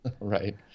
Right